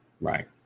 right